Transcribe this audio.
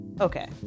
Okay